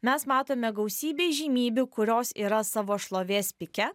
mes matome gausybę įžymybių kurios yra savo šlovės pike